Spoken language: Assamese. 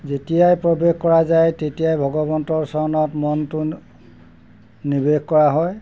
যেতিয়াই প্ৰৱেশ কৰা যায় তেতিয়াই ভগৱন্তৰ চৰণত মনটো নিৱেশ কৰা হয়